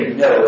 no